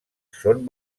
són